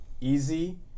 easy